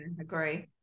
agree